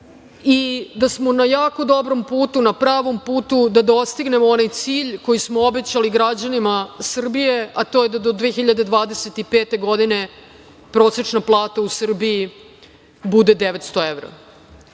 i da smo na jako dobrom putu, na pravom putu da dostignemo onaj cilj koji smo obećali građanima Srbije, a to je da do 2025. godine prosečna plata u Srbiji bude 900 evra,